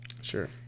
Sure